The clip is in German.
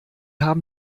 haben